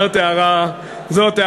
זאת הערה חביבה,